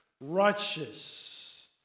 Righteous